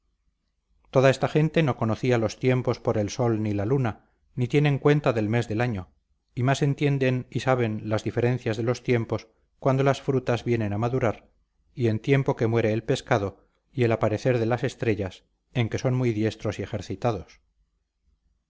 toda esta gente no conocía los tiempos por el sol ni la luna ni tienen cuenta del mes del año y más entienden y saben las diferencias de los tiempos cuando las frutas vienen a madurar y en tiempo que muere el pescado y el aparecer de las estrellas en que son muy diestros y ejercitados